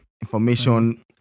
information